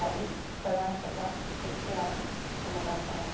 അതിൽ പ്രധാനപ്പെട്ട വ്യക്തിയാണ് എൻ്റെ ഭർത്താവ്